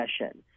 session